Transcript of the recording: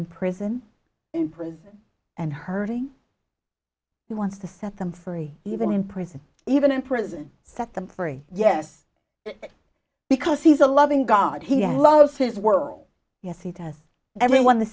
in prison in prison and hurting he wants to set them free even in prison even in prison set them free yes because he's a loving god he loves his world yes he does everyone the